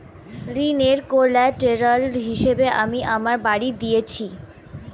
ঋনের কোল্যাটেরাল হিসেবে আমি আমার বাড়ি দিয়েছি